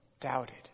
doubted